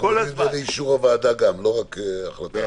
נביא גם לאישור הוועדה, לא רק החלטה.